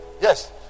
Yes